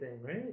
right